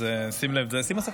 שים לב, שים מסכה.